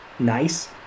nice